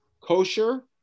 kosher